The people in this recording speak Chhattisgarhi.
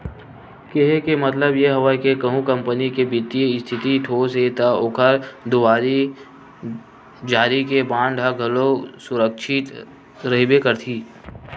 केहे के मतलब ये हवय के कहूँ कंपनी के बित्तीय इस्थिति ठोस हे ता ओखर दुवारी जारी के बांड ह घलोक सुरक्छित रहिबे करही